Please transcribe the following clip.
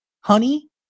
Honey